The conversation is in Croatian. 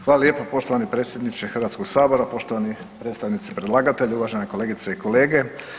Hvala lijepo, poštovani predsjedniče Hrvatskog sabora, poštovani predstavnici predlagatelja, uvažene kolegice i kolege.